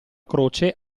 croce